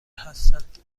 هستند